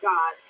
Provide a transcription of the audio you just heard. God